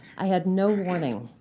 i had no warning.